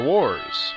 Wars